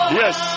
yes